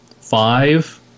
five